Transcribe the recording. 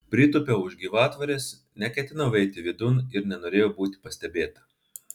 pritūpiau už gyvatvorės neketinau eiti vidun ir nenorėjau būti pastebėta